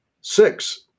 Six